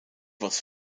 was